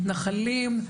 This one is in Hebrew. מתנחלים,